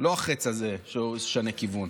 לא החץ שנה כיוון.